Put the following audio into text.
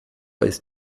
ist